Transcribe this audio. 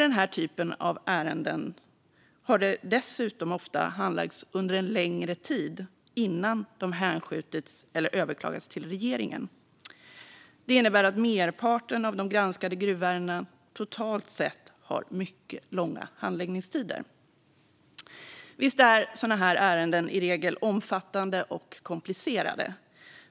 Den här typen av ärenden har dessutom ofta handlagts under en längre tid innan de hänskjutits eller överklagats till regeringen. Det innebär att merparten av de granskade gruvärendena totalt sett har mycket långa handläggningstider. Visst är sådana här ärenden i regel omfattande och komplicerade.